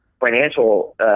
Financial